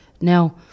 Now